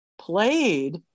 played